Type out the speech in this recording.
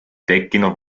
tekkinud